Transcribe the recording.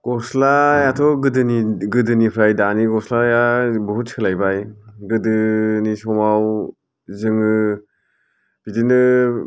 गस्लायाथ' गोदोनि गोदोनिफ्राय दानि गस्लाया बहुद सोलायबाय गोदोनि समाव जोङो बिदिनो